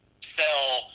sell